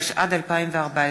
התשע"ד 2014,